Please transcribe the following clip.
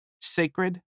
sacred